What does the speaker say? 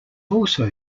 also